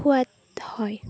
সোৱাদ হয়